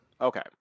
Okay